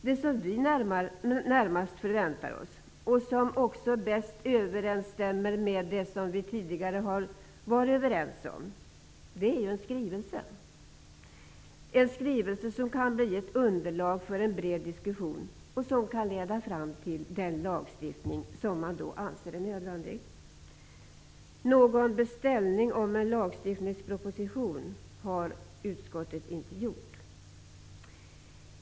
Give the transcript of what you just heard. Det som vi närmast förväntar oss, och som också bäst överensstämmer med det som vi tidigare har varit överens om, är en skrivelse som kan bli ett underlag för en bred diskussion och som kan leda fram till den lagstiftning som man då anser är nödvändig. Någon beställning om en lagstiftningsproposition har utskottet inte gjort.